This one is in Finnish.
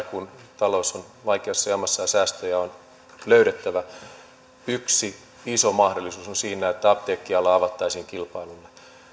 kun talous on vaikeassa jamassa ja säästöjä on löydettävä yksi iso mahdollisuus on siinä että apteekkiala avattaisiin kilpailulle